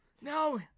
No